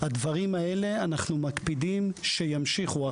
אנחנו מקפידים שהדברים האלה ימשיכו.